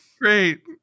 Great